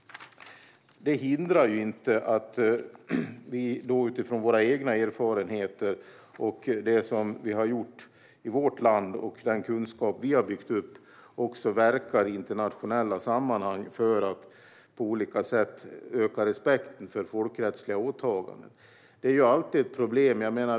Detta hindrar inte att vi utifrån våra erfarenheter och det som vi har gjort i vårt land samt den kunskap vi har byggt upp också verkar i internationella sammanhang för att på olika sätt öka respekten för folkrättsliga åtaganden. Detta är alltid ett problem.